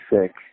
sick